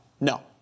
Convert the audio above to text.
no